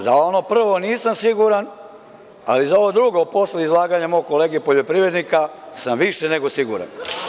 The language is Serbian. Za ono prvo nisam siguran, ali za ovo drugo posle izlaganja mog kolege poljoprivrednika sam više nego siguran.